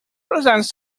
residents